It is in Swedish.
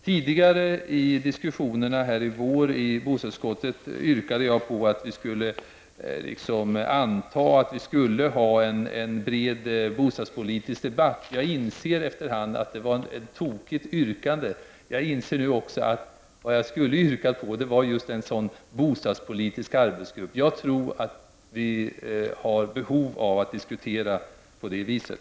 Tidigare i diskussionerna under våren i bostadsutskottet yrkade jag på att vi skulle ha en bred bostadspolitisk debatt. Jag har efter hand insett att det var ett tokigt yrkande. Vad jag skulle ha yrkat på var just en bostadspolitisk arbetsgrupp. Jag tror att vi har behov av diskussioner i en sådan grupp.